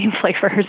flavors